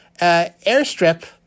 airstrip